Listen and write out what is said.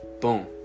Boom